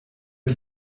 die